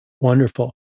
Wonderful